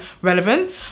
relevant